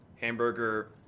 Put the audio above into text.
Hamburger